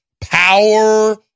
power